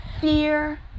fear